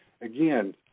Again